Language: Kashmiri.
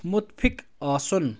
مُتفِق آسُن